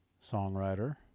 songwriter